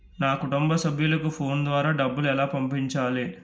నా కుటుంబ సభ్యులకు ఫోన్ ద్వారా డబ్బులు ఎలా పంపించాలి?